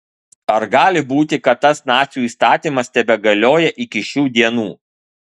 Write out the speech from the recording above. ar gali būti kad tas nacių įstatymas tebegalioja iki šių dienų